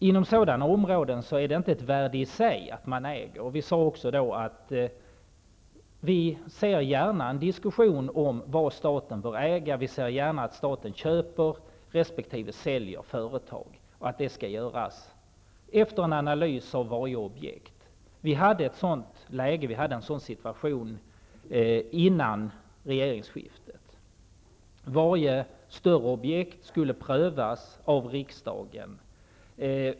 Inom sådana områden är det emellertid inte ett värde i sig att staten äger företag. Vi har också sagt att vi gärna ser att det blir en diskussion om vad staten bör äga. Vi ser gärna att staten köper resp. säljer företag, och det skall göras efter en analys av varje objekt. Det förelåg en sådan situation före regeringsskiftet. Varje större objekt skulle prövas av riksdagen.